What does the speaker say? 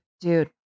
dude